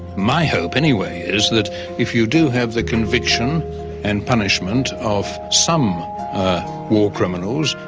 my hope anyway is that if you do have the conviction and punishment of some war criminals,